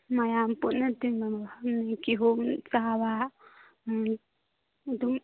ꯃꯌꯥꯝ ꯄꯨꯟꯅ ꯇꯤꯟꯅꯕ ꯃꯐꯝꯗꯒꯤ ꯀꯤꯍꯣꯝ ꯆꯥꯕ ꯑꯗꯨꯝ